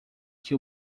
que